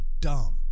dumb